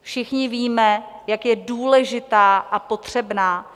Všichni víme, jak je důležitá a potřebná.